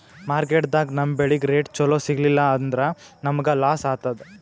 ಮಾರ್ಕೆಟ್ದಾಗ್ ನಮ್ ಬೆಳಿಗ್ ರೇಟ್ ಚೊಲೋ ಸಿಗಲಿಲ್ಲ ಅಂದ್ರ ನಮಗ ಲಾಸ್ ಆತದ್